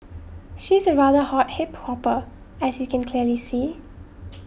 she's a rather hot hip hopper as you can clearly see